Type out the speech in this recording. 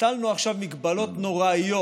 הטלנו עכשיו הגבלות נוראיות